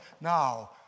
now